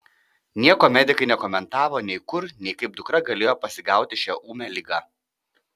nieko medikai nekomentavo nei kur nei kaip dukra galėjo pasigauti šią ūmią ligą